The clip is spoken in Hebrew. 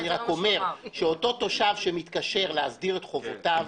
אני אומר שהתושב שמתקשר להסדיר את חובותיו,